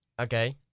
Okay